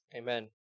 Amen